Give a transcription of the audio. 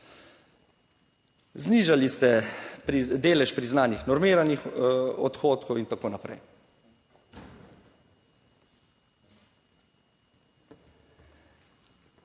Znižali ste delež priznanih normiranih odhodkov in tako naprej.